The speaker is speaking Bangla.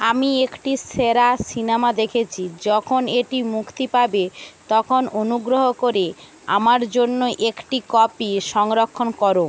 আমি একটি সেরা সিনেমা দেখেছি যখন এটি মুক্তি পাবে তখন অনুগ্রহ করে আমার জন্য একটি কপি সংরক্ষণ করো